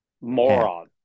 Moron